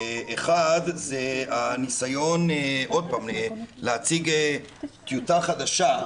אחת זה הניסיון עוד פעם להציג טיוטה חדשה,